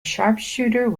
sharpshooter